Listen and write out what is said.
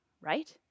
right